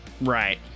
Right